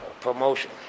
promotion